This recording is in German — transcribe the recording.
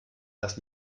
das